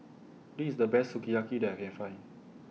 This IS The Best Sukiyaki that I Can Find